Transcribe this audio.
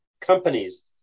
companies